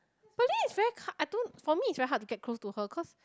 Pearlyn is very co~ I don't for me it's very hard to get close to her cause